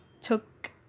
took